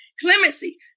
Clemency